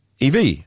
EV